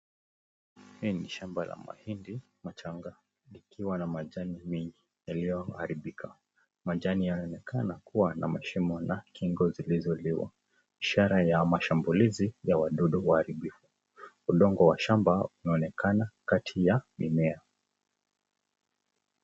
Hii ni shamba ya mahindi machanga, yakiwa na majani mengi yaliyo haribika majani hayo yanaonekana na mashimo na shingo zilizoliwa, ishara ya mashambulizi ya wadudu waharibifu, udongo wa shamba unaonekana kati ya mimea.